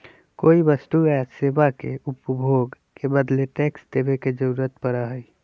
कोई वस्तु या सेवा के उपभोग के बदले टैक्स देवे के जरुरत पड़ा हई